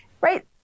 right